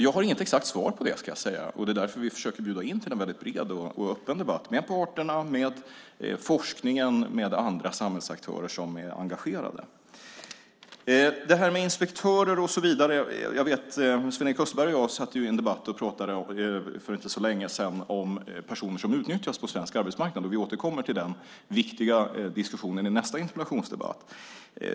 Jag har inget exakt svar på det, ska jag säga, och det är därför vi försöker bjuda in till en väldigt bred och öppen debatt med parterna, med forskningen och med andra samhällsaktörer som är engagerade. Frågan om inspektörer togs också upp. Sven-Erik Österberg och jag pratade i en debatt för inte så länge sedan om personer som utnyttjas på svensk arbetsmarknad, och vi återkommer till den viktiga diskussionen i nästa interpellationsdebatt.